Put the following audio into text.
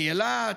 מאילת,